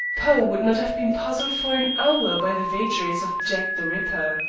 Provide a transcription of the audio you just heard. poe would not have been puzzled for an hour by the vagaries of jack the ripper.